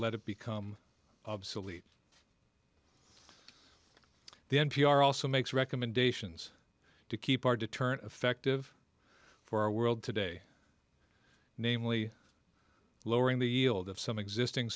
let it become obsolete the n p r also makes recommendations to keep our deterrent effective for our world today namely lowering the yield of some existing